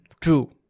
true